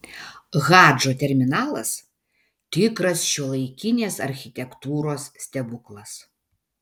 hadžo terminalas tikras šiuolaikinės architektūros stebuklas